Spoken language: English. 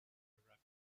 rabbits